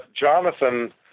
Jonathan